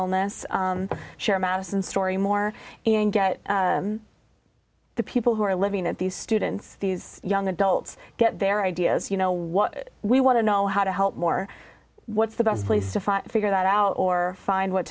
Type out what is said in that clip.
illness share madison story more and get the people who are living at these students these young adults get their ideas you know what we want to know how to help more what's the best place to figure that out or find what